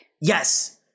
Yes